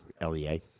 L-E-A